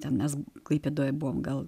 ten mes klaipėdoje buvome gal